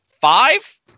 five